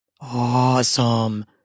Awesome